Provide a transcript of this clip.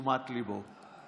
לתשומת ליבו.